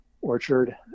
orchard